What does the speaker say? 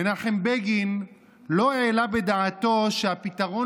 מנחם בגין לא העלה בדעתו שהפתרון